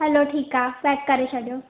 हलो ठीकु आहे पैक करे छॾियो